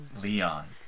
Leon